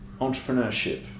entrepreneurship